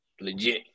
legit